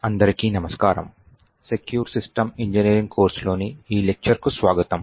అందరికీ నమస్కారం secure system engineering course లోని ఈ లెక్చర్ కు స్వాగతం